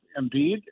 Embiid